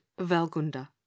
Valgunda